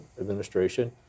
administration